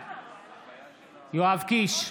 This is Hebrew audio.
בעד יואב קיש,